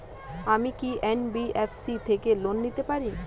আমি কি এন.বি.এফ.সি থেকে লোন নিতে পারি?